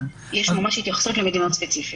יש ממש התייחסות למדינות ספציפיות.